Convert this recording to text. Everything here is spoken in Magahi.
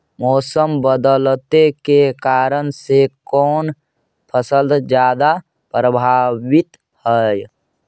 मोसम बदलते के कारन से कोन फसल ज्यादा प्रभाबीत हय?